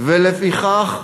לפיכך,